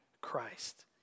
Christ